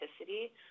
authenticity